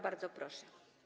Bardzo proszę.